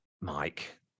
mike